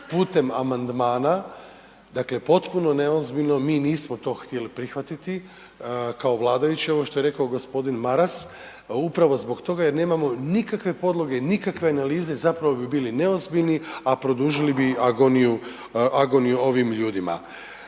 putem amandmana, dakle potpuno neozbiljno, mi nismo to htjeli prihvatiti kao vladajući, ovo što je rekao g. Maras, upravo zbog toga jer nemamo nikakve podloge, nikakve analize, zapravo bi bili neozbiljni, a produžili bi agoniju, agoniju ovim ljudima.